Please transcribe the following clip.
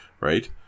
right